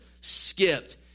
skipped